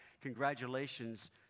congratulations